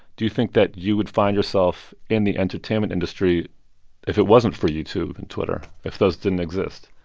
do you think that you would find yourself in the entertainment industry if it wasn't for youtube and twitter, if those didn't exist?